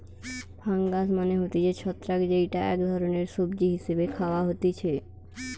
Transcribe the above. fungus মানে হতিছে ছত্রাক যেইটা এক ধরণের সবজি হিসেবে খাওয়া হতিছে